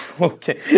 okay